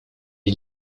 est